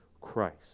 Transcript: Christ